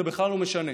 זה בכלל לא משנה,